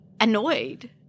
annoyed